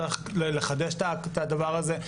צריך לחדש את הדבר הזה.